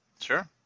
Sure